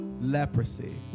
leprosy